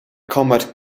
comet